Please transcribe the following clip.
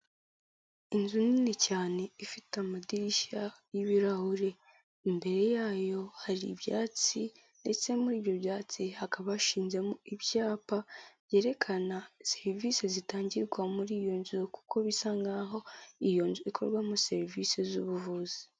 Inzu nini cyane ifite amadirishya y'ibirahuri, imbere yayo hari ibyatsi ndetse muri ibyo byatsi hakaba hashinzemo ibyapa byerekana serivisi zitangirwa muri iyo nzu, kuko bisa nkaho iyo nzu ikorerwamo serivisi z'ubuvuzi.